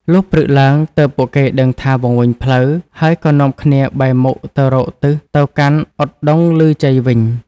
លុះព្រឹកឡើង ទើបពួកគេដឹងថាវង្វេងផ្លូវ ហើយក៏នាំគ្នាបែរមុខទៅរកទិសទៅកាន់ឧត្តុង្គឮជ័យវិញ។